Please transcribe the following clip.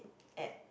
at